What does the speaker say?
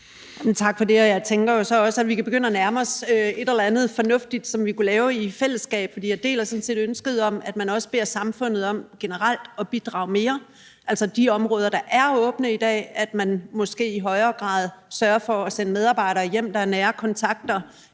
(SF): Tak for det. Jeg tænker jo så også, at vi kan begynde at nærme os et eller andet fornuftigt, som vi kunne lave i fællesskab, for jeg deler sådan set ønsket om, at vi også beder samfundet om generelt at bidrage mere, hvad angår de områder, der er åbne i dag, altså at man måske i højere grad sørger for at sende medarbejdere, der er nære kontakter,